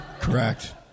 correct